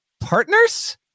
partners